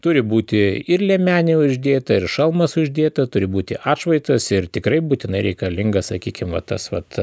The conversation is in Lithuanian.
turi būti ir liemenė uždėta ir šalmas uždėta turi būti atšvaitas ir tikrai būtinai reikalingas sakykim va tas vat